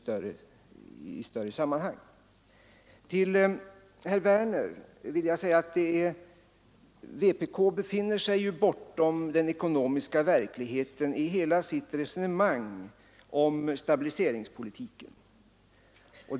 Till herr Werner i Tyresö vill jag säga att vpk befinner sig bortom den ekonomiska verkligheten i hela sitt resonemang om stabiliseringspolitiken.